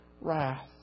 wrath